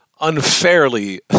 unfairly